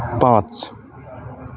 पाँच